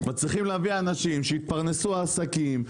מצליחים להביא אנשים שיתפרנסו העסקים.